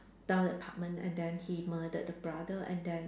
down the apartment and then he murdered the brother and then